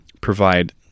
provide